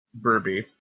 Burby